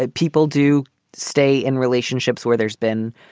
ah people do stay in relationships where there's been,